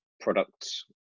products